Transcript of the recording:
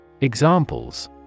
Examples